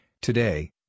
Today